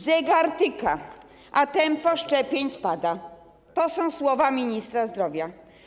Zegar tyka, a tempo szczepień spada - to są słowa ministra zdrowia.